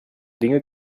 dinge